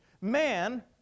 man